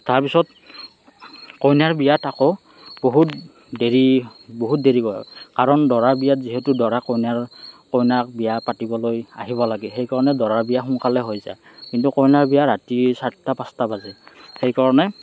তাৰ পিছত কইনাৰ বিয়াত আকৌ বহুত দেৰি বহুত দেৰি কৰে কাৰণ দৰাৰ বিয়াত যিহেতো দৰা কইনাৰ কইনাক বিয়া পাতিবলৈ আহিব লাগে সেইকাৰণে দৰাৰ বিয়া সোনকালে হৈ যায় কিন্তু কইনাৰ বিয়া ৰাতি চাৰিটা পাঁচটা বাজে সেইকাৰণে